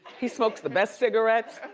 he smokes the best cigarettes.